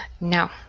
No